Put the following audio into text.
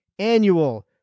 annual